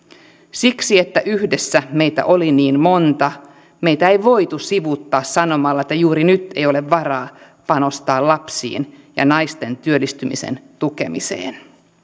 siksi että yhdessä meitä oli niin monta meitä ei voitu sivuuttaa sanomalla että juuri nyt ei ole varaa panostaa lapsiin ja naisten työllistymisen tukemiseen